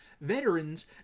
veterans